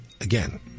again